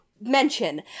mention